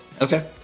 Okay